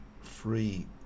free